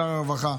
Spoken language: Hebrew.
שר הרווחה,